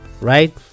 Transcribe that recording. right